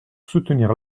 soutenir